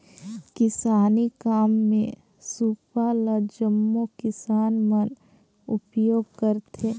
किसानी काम मे सूपा ल जम्मो किसान मन उपियोग करथे